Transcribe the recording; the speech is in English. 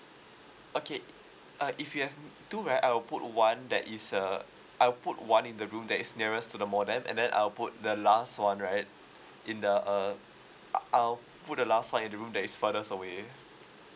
okay uh if you have two right I'll put one that is uh I'll put one in the room that is nearest to the modem and then I'll put the last [one] right in the uh I I'll put the last [one] in the room that is furthest away